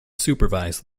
supervise